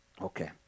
Okay